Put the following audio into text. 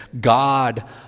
God